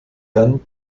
dann